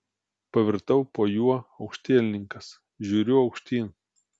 pavirtau po juo aukštielninkas žiūriu aukštyn